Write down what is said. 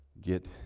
get